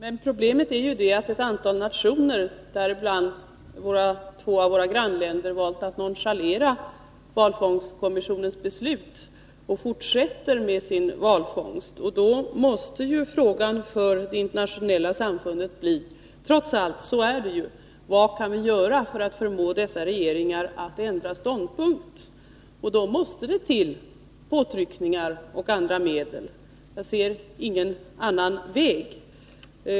Herr talman! Men problemet är att ett antal nationer, däribland två av våra grannländer, valt att nonchalera valfångstkommissionens beslut och fortsätter med sin valfångst. Då måste frågan för det internationella samfundet trots allt bli: Vad kan vi göra för att förmå dessa regeringar att ändra ståndpunkt? Då måste det till påtryckningar och andra medel. Jag ser ingen annan väg.